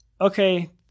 okay